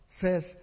says